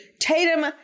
Tatum